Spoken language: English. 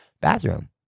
bathroom